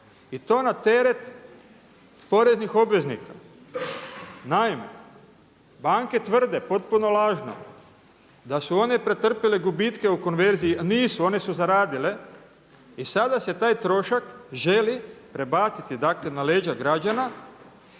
i to na teret poreznih obveznika. Naime, banke tvrde potpuno lažno da su one pretrpile gubitke u konverziji a nisu, one su razradile i sada se taj trošak želi prebaciti dakle na leđa građana